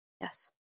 yes